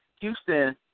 Houston